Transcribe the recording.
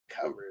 covered